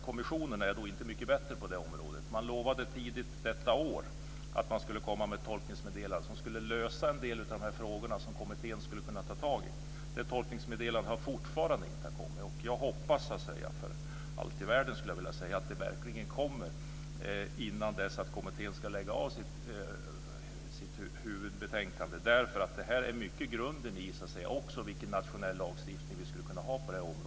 Kommissionen är inte mycket bättre på det området. Den lovade att den skulle komma med ett tolkningsmeddelande tidigt detta år. Det skulle lösa en del av de frågor som kommittén ska behandla. Det tolkningsmeddelandet har fortfarande inte kommit. Jag hoppas för allt i världen att det verkligen kommer innan kommittén ska lägga fram sitt huvudbetänkande. Det utgör grunden för vilken nationell lagstiftning vi skulle kunna ha på det här området.